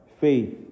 faith